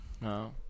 No